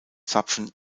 zapfen